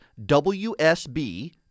WSB